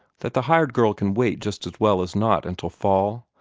that the hired girl can wait just as well as not until fall?